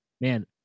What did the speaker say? Man